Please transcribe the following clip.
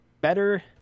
better